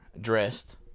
dressed